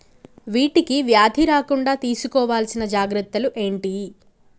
వీటికి వ్యాధి రాకుండా తీసుకోవాల్సిన జాగ్రత్తలు ఏంటియి?